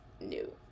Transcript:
new